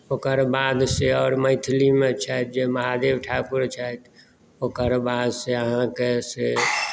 ओकर बाद से आओर मैथिलीमे छथि जे महादेव ठाकुर छथि ओकर बादसँ से आहाँकेँ से